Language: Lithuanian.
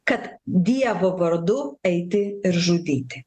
kad dievo vardu eiti ir žudyti